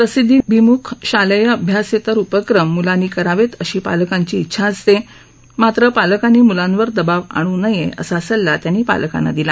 प्रसिद्धीभिमुख शालेय अभ्यासेतर उपक्रम म्लानी करावं अशी पालकांची इच्छा असते मात्र पालकांनी म्लांवर दबाव आणू नये असा सल्ला त्यांनी पालकांना दिला